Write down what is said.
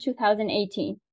2018